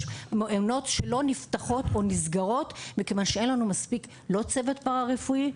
יש מעונות שלא נפתח או נסגרו מכיוון שאין לנו מספיק צוות פרא-רפואי,